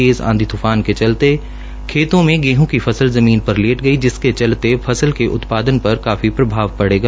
तेज़ आधी तूफान के चलते खेतों में गेहं की फसल ज़मीन पर लेट गई जिसके चलते फसल के उत्पादन पर काफी प्रभाव पड़ेगा